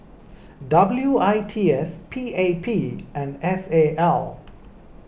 W I T S P A P and S A L